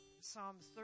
Psalms